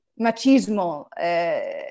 machismo